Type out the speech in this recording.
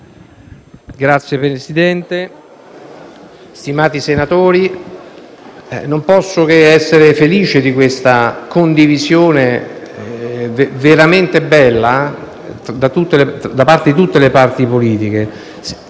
Signor Presidente, stimati senatori, non posso che essere felice di questa condivisione, veramente bella, da parte di tutte le parti politiche.